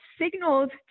signaled